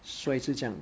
所以是这样